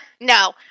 No